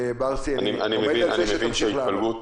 ברסי, אני עומד על זה שתמשיך לענות.